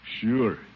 Sure